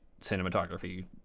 cinematography